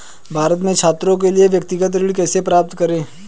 भारत में छात्रों के लिए व्यक्तिगत ऋण कैसे प्राप्त करें?